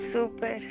Super